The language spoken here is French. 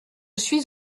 suis